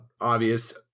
obvious